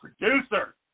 producer